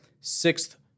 sixth